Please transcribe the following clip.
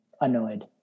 annoyed